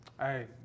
Hey